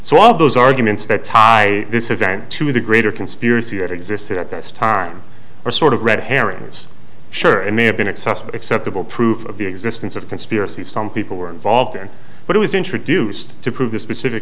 so all those arguments that tie this event to the greater conspiracy that existed at this time are sort of red herrings sure and may have been excessive acceptable proof of the existence of conspiracy some people were involved in but it was introduced to prove the specific